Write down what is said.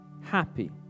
happy